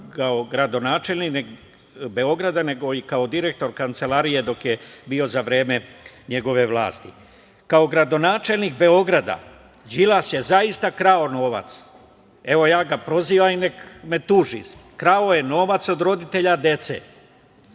kao gradonačelnik Beograda, nego i kao direktor Kancelarije dok je bio za vreme njegove vlasti. Kao gradonačelnik Beograda Đilas je zaista krao novac. Evo, ja ga prozivam i nek me tuži. Krao je novac od roditelja dece,